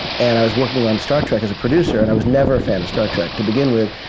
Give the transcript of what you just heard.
and i was working on star trek as a producer, and i was never a fan of star trek to begin with.